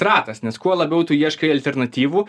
ratas nes kuo labiau tu ieškai alternatyvų